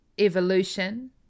evolution